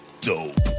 dope